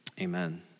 amen